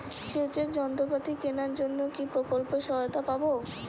সেচের যন্ত্রপাতি কেনার জন্য কি প্রকল্পে সহায়তা পাব?